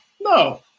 No